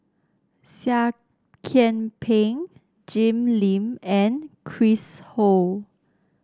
Seah Kian Peng Jim Lim and Chris Ho